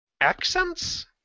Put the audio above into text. accents